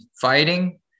fighting